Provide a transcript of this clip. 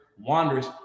wanders